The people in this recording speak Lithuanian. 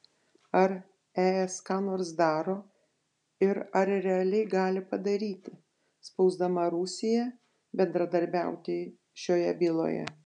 ar es ką nors daro ir ar realiai gali padaryti spausdama rusiją bendradarbiauti šioje byloje